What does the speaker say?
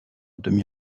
demi